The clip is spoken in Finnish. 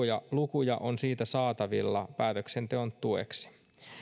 ja lukuja on siitä saatavilla päätöksenteon tueksi